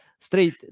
straight